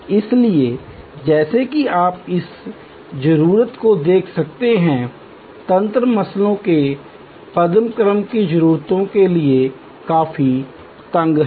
इसलिए जैसा कि आप इस जरूरत को देख सकते हैं तंत्र मास्लो के पदानुक्रम की जरूरतों के लिए काफी तंग हैं